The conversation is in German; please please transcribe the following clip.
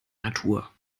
natur